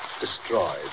Destroyed